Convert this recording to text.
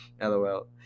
lol